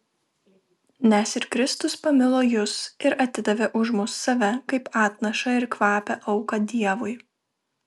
nes ir kristus pamilo jus ir atidavė už mus save kaip atnašą ir kvapią auką dievui